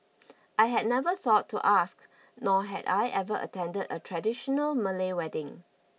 I had never thought to ask nor had I ever attended a traditional Malay wedding